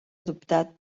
adoptat